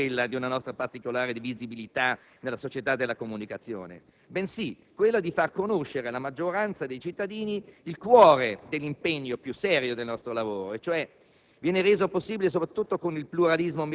La questione di fondo - ribadisco - non è quella di una nostra particolare visibilità nella società della comunicazione, bensì di far conoscere alla maggioranza dei cittadini il cuore dell'impegno più serio del nostro lavoro, che